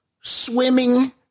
swimming